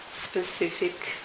specific